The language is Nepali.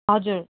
हजुर